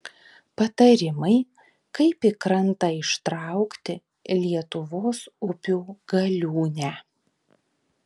patarimai kaip į krantą ištraukti lietuvos upių galiūnę